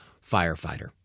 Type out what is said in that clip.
firefighter